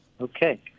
Okay